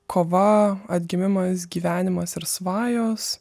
kova atgimimas gyvenimas ir svajos